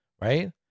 right